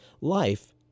life